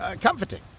Comforting